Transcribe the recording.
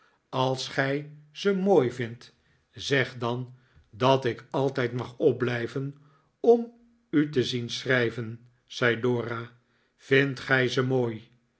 als gij ze mooi vindt zeg dan dat ik altijd mag opblijven om u te zien schrijven zei dora vindt gij ze mooi